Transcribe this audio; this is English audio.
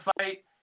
fight